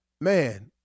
man